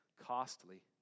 costly